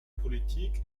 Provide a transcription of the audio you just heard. politik